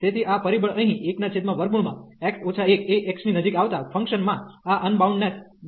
તેથી આ પરિબળ અહીં 1x 1 એ x ની નજીક આવતા ફંકશન માં આ અનબાઉન્ડનેસ બનાવી રહ્યું છે